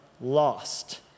lost